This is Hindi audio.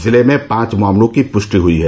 जिले में पांच मामलों की पुष्टि हुई है